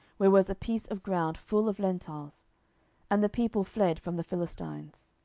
where was a piece of ground full of lentiles and the people fled from the philistines.